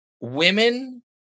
women